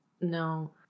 no